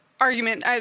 argument